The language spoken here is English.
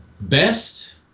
Best